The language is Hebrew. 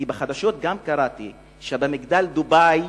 כי בחדשות קראתי שגם במגדל דובאי,